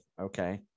okay